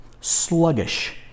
sluggish